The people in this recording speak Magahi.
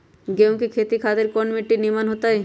गेंहू की खेती खातिर कौन मिट्टी निमन हो ताई?